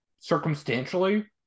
circumstantially